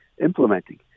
implementing